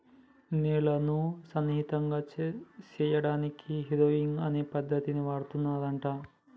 నేలను సున్నితంగా సేయడానికి హారొయింగ్ అనే పద్దతిని వాడుతారంట